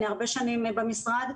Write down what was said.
אני הרבה שנים במשרד,